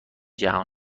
جهان